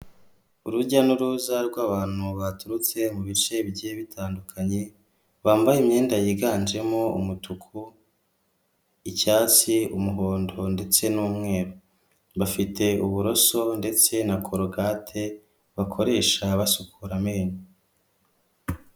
Urujya n'uruza rw'abantu baturutse mu bice bigiye bitandukanye, bambaye imyenda yiganjemo umutuku icyatsi umuhondo ndetse n'umweru, bafite uburoso ndetse na korogate bakoresha basukura amenyo.